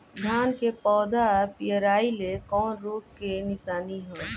धान के पौधा पियराईल कौन रोग के निशानि ह?